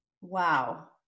wow